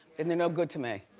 and they're no good to me.